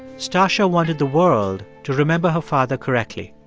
stacya wanted the world to remember her father correctly,